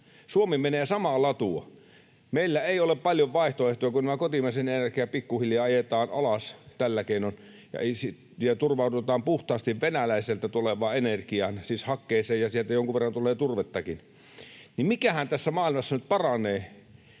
Suomi menee samaa latua. Meillä ei ole paljon vaihtoehtoja, kun nämä kotimaiset energiat pikkuhiljaa ajetaan alas tällä keinoin ja turvaudutaan puhtaasti Venäjältä tulevaan energiaan, siis hakkeeseen, ja sieltä jonkun verran tulee turvettakin. Mikähän tässä maailmassa nyt paranee?